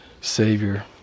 Savior